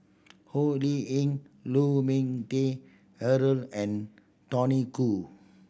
Ho Lee Ying Lu Ming Teh Earl and Tony Khoo